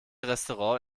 restaurant